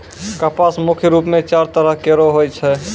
कपास मुख्य रूप सें चार तरह केरो होय छै